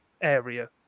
area